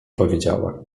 powiedziała